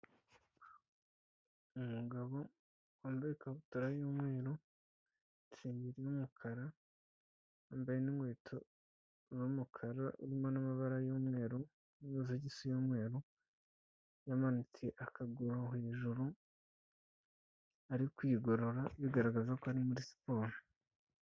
Umugabo wambaye ikabutura y'umweru, isengeri y'umukara, yambaye n'inkweto z'umukara zirimo n'amabara y'umweru, n'amasogisi mu y'umweru, yamanitse akaguru hejuru ari kwigorora bigaragaza ko ari muri siporo.